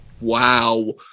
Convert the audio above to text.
Wow